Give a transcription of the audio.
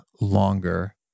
longer